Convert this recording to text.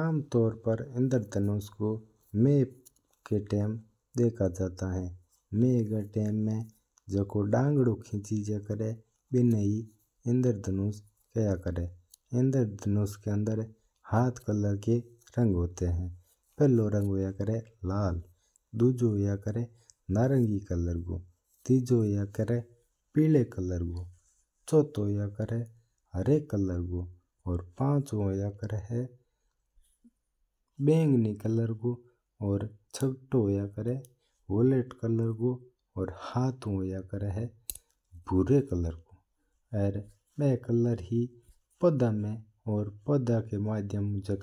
आमतोड़ पर इंद्रधनुष ना मय्य कतीमें देख्यो जाया करा है। मय री टाइम जको डांगड़ू खिजायगा कर है बिना ही इंद्रधनुष केवा है। इंद्रधनुष में सात तरह का रंग होया कर है। पहलो हुआ है लाल। दूजो हुआ नारंगी। तीजो हुआ है पीला रंग रू। चौथो होया कर है हरा रंग रू। पांचवो हुआ है बैंगनी रंग को। छठो होया करभाई बैंगनी रंग कू। सातवो हुआ है भूरा रंग रू। बाहे रंग पौधा में और पौधा में जो रंग